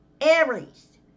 Aries